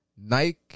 Nike